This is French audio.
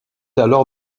alors